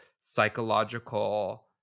psychological